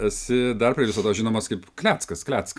esi dar prie viso to žinomas kaip kleckas kleck